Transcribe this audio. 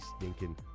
stinking